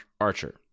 Archer